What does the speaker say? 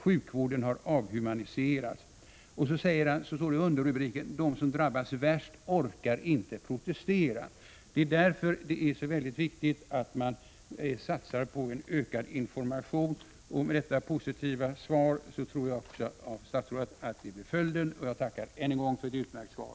Sjukvården har avhumaniserats.” I underrubriken står det: ”De som drabbas värst orkar inte protestera.” Det är därför det är så viktigt att man satsar på en ökad information. Med detta positiva svar av statsrådet tror jag också att det blir följden. Jag tackar än en gång för ett utmärkt svar.